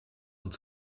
und